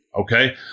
okay